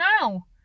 now